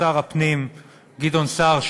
שר הפנים גדעון סער,